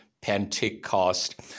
Pentecost